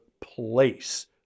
place